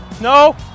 No